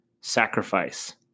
sacrifice